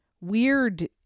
weird